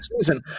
season